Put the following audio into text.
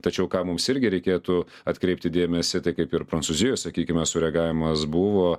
tačiau į ką mums irgi reikėtų atkreipti dėmesį tai kaip ir prancūzijoj sakykime su reagavimas buvo